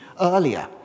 earlier